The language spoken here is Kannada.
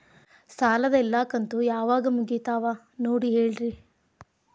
ಸಾಲದ ಎಲ್ಲಾ ಕಂತು ಯಾವಾಗ ಮುಗಿತಾವ ನೋಡಿ ಹೇಳ್ರಿ